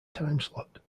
timeslot